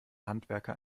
handwerker